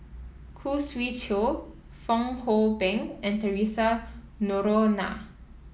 Khoo Swee Chiow Fong Hoe Beng and Theresa Noronha